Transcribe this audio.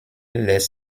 laisse